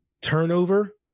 turnover